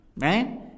Right